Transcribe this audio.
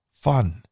fun